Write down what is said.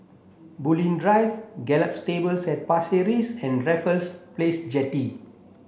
Bulim Drive Gallop Stables at Pasir Ris and Raffles Place Jetty